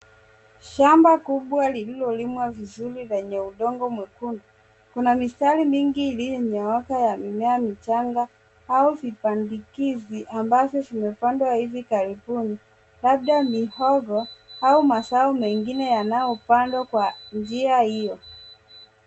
Shamba kubwa lililolimwa vizuri lenye udongo mwekundu. Kuna mistari mingi iliyonyooka ya mimea michanga au vipandikiza ambazo zimepandwa hivi karibuni. Labda mihogo au mazao mengine yanayopandwa kwa njia hio.